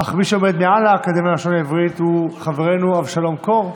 אך מי שעומד מעל האקדמיה ללשון העברית הוא חברנו אבשלום קור,